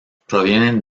provienen